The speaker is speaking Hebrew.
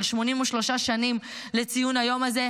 של ציון 83 שנים ליום הזה,